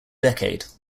decade